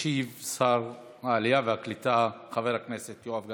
ישיב שר העלייה והקליטה חבר הכנסת יואב גלנט.